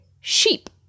sheep